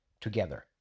together